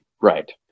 Right